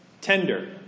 tender